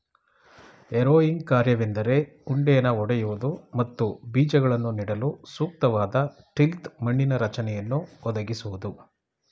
harrowing ಕಾರ್ಯವೆಂದರೆ ಉಂಡೆನ ಒಡೆಯುವುದು ಮತ್ತು ಬೀಜಗಳನ್ನು ನೆಡಲು ಸೂಕ್ತವಾದ ಟಿಲ್ತ್ ಮಣ್ಣಿನ ರಚನೆಯನ್ನು ಒದಗಿಸೋದು